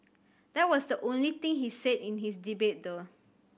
that was the only thing he's said in his debate though